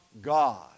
God